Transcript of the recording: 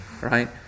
right